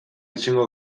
ezingo